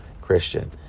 Christian